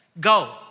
Go